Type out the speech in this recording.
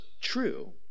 true